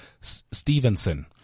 Stevenson